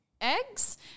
Eggs